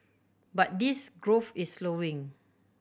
but this growth is slowing